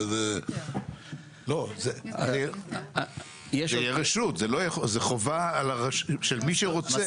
זה יהיה רשות, זה חובה של מי שרוצה,